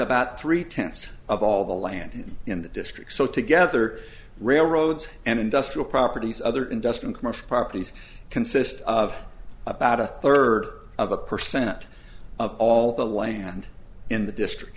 about three tenths of all the land in the district so together railroads and industrial properties other industrial commercial properties consist of about a third of a percent of all the land in the district